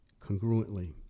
congruently